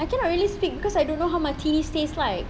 I can't really speak cause I don't know how martinis taste like